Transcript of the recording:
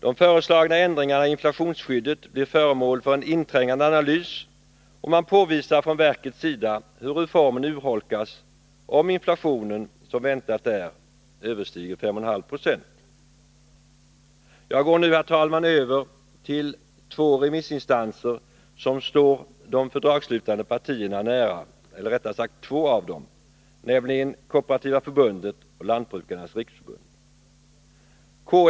De föreslagna ändringarna i inflationsskyddet blir föremål för en inträngande analys, och man påvisar från verkets sida hur reformen urholkas, om inflationen som väntat är överstiger 5,5 90. Jag går nu, herr talman, över till två remissinstanser som står två av de fördragsslutande partierna nära, Kooperativa förbundet och Lantbrukarnas riksförbund.